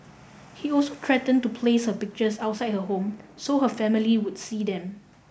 he also threatened to place her pictures outside her home so her family would see them